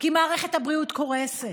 כי מערכת הבריאות קורסת.